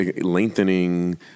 lengthening